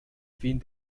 fin